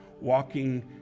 walking